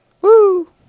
Woo